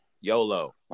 YOLO